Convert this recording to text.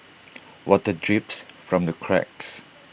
water drips from the cracks